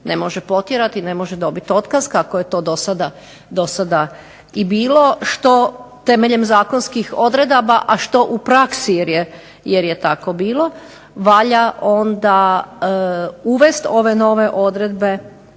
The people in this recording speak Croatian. ne može potjerati i ne može dobiti otkaz kako je to dosada i bilo. Što temeljem zakonskih odredaba, a što u praksi jer je tako bilo valja onda uvesti ove nove odredbe